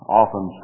often